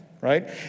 right